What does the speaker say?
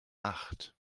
acht